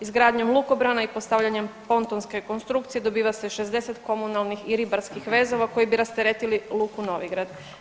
Izgradnjom lukobrana i postavljanjem pontonske konstrukcije dobiva se 60 komunalnih i ribarskih vezova koji bi rasteretili luku Novigrad.